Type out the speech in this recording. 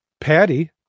Patty